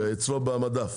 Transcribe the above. אצלו במדף.